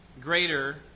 greater